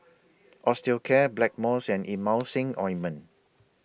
Osteocare Blackmores and Emulsying Ointment